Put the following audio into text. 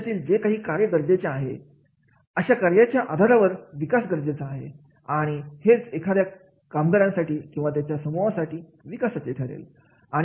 भविष्यात जे काही कार्य करणे गरजेचे आहे आहे अशा कार्याच्या आधारावर विकास गरजेचा आहे आणि हेच एखाद्या कामगारांसाठी किंवा त्यांच्या समूहासाठी विकासाचे ठरेल